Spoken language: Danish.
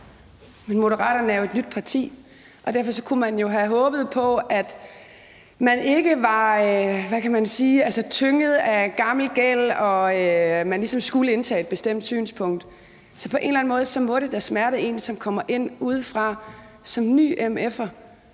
Men Moderaterne er jo et nyt parti, og derfor kunne vi jo have håbet på, at man – hvad kan jeg sige – ikke var tynget af gammel gæld, og at man ligesom skulle indtage et bestemt synspunkt. Så på en eller anden måde må det da smerte en, som kommer ind udefra som ny mf'er,